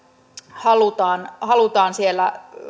halutaan halutaan siellä